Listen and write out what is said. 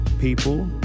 people